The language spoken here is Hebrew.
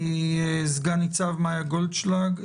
סגן ניצב מאיה גולדשלג,